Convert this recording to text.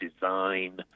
design